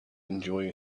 enjoy